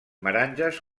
meranges